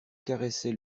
caressait